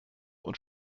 und